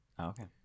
okay